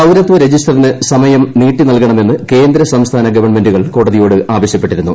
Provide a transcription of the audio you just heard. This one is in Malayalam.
പൌരത്വ രജിസ്റ്റർറിന് സമയം നീട്ടി നൽകണമെന്ന് കേന്ദ്ര സംസ്ഥാന ഗവൺമെന്റുകൾ കോടതിയോട് ആവശ്യപ്പെട്ടിരുന്നു